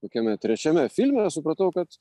kokiame trečiame filme supratau kad